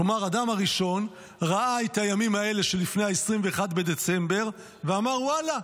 כלומר אדם הראשון ראה את הימים האלה שלפני 21 בדצמבר ואמר: ואללה,